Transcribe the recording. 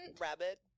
rabbit